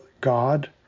God